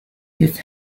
his